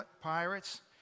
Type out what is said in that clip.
Pirates